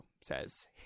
says